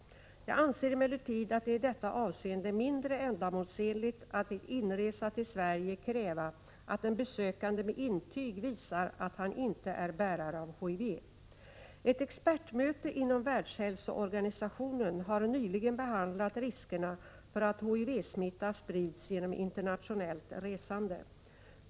Jag anser emellertid att det i detta avseende är mindre ändamålsenligt att vid inresa till Sverige kräva att den besökande med intyg visar att han inte är bärare av HIV. Ett expertmöte inom Världshälsoorganisationen har nyligen behandlat riskerna för att HIV-smitta sprids genom internationellt resande.